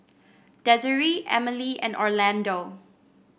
Desiree Emile and Orlando